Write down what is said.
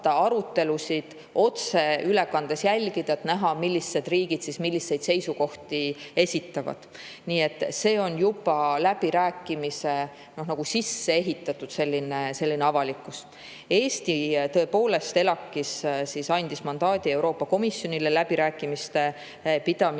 arutelusid otseülekandes jälgida, et näha, millised riigid milliseid seisukohti esitavad. Nii et see on juba läbirääkimistesse nagu sisseehitatud avalikkus. Eesti tõepoolest ELAK-is andis mandaadi Euroopa Komisjonile läbirääkimiste pidamiseks.